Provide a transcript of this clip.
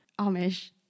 Amish